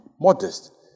modest